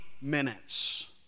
minutes